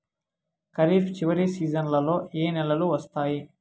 ఖరీఫ్ చివరి సీజన్లలో ఏ నెలలు వస్తాయి?